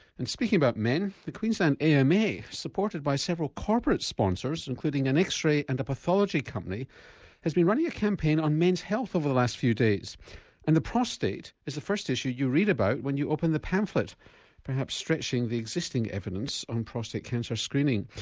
and speaking about men, the queensland ama um supported by several corporate sponsors including an x-ray and a pathology company has been running a campaign on men's health over the last few days and the prostate is the first issue you read about when you open the pamphlet perhaps stretching the existing evidence on prostate cancer screening.